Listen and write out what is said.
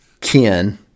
Ken